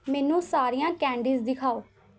ਮੈਨੂੰ ਸਾਰੀਆਂ ਕੈਂਡੀਜ਼ ਦਿਖਾਓ